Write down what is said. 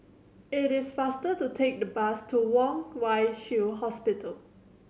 it is faster to take the bus to Kwong Wai Shiu Hospital